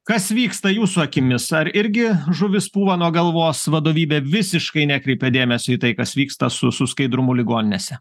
kas vyksta jūsų akimis ar irgi žuvis pūva nuo galvos vadovybė visiškai nekreipia dėmesio į tai kas vyksta su su skaidrumu ligoninėse